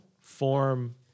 form